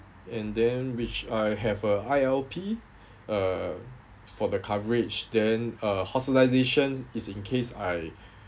and then which I have a I_L_P uh for the coverage then uh hospitalisations is in case I